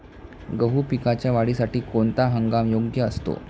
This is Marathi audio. गहू पिकाच्या वाढीसाठी कोणता हंगाम योग्य असतो?